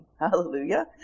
Hallelujah